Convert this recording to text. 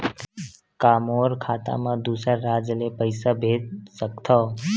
का मोर खाता म दूसरा राज्य ले पईसा भेज सकथव?